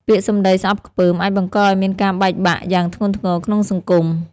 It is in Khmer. ពាក្យសម្ដីស្អប់ខ្ពើម អាចបង្កឲ្យមានការបែកបាក់យ៉ាងធ្ងន់ធ្ងរក្នុងសង្គម។